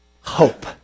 hope